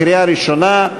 לקריאה ראשונה.